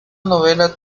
novela